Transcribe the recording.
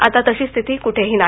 आता तशी स्थिती क्ठेही नाही